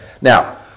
Now